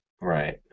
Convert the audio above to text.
Right